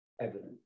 evidence